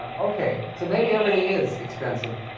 ok, so maybe everything is expensive,